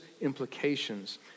implications